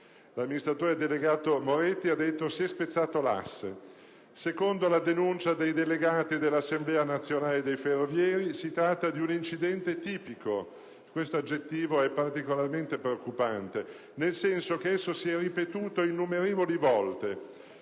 dello Stato Mauro Moretti ha detto che si è spezzato l'asse. Secondo la denuncia dei delegati dell'assemblea nazionale dei ferrovieri si tratta di un incidente tipico. Questo aggettivo è particolarmente preoccupante nel senso che esso si è ripetuto innumerevoli volte;